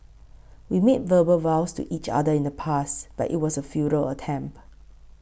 we made verbal vows to each other in the past but it was a futile attempt